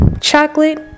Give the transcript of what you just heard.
Chocolate